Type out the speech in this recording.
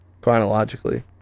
Chronologically